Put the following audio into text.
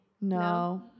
No